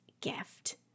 gift